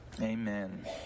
Amen